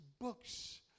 books